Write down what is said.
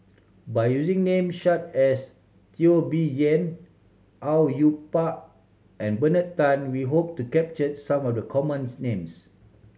by using name such as Teo Bee Yen Au Yue Pak and Bernard Tan we hope to capture some of the commons names